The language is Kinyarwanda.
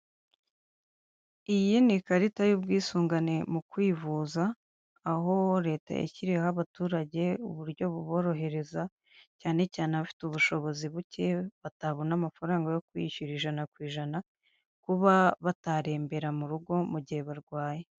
Iyi ni ikarita y'ubwisungane mu kwivuza aho leta yashyiriyeho abaturage uburyo buborohereza cyane cyane abafite ubushobozi buke batabona amafaranga yo kwishyura ijana ku ijana kuba batarembera mu rugo mu gihe barwaye.